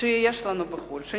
שיש לנו בחוץ-לארץ,